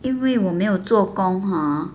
因为我没有做工 ha